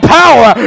power